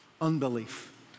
Unbelief